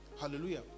hallelujah